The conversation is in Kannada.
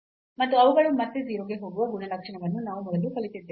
ಮತ್ತು ಅವುಗಳು ಮತ್ತೆ 0 ಗೆ ಹೋಗುವ ಗುಣಲಕ್ಷಣವನ್ನು ನಾವು ಮೊದಲು ಕಲಿತಿದ್ದೇವೆ